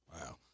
Wow